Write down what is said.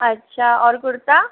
अच्छा और कुर्ता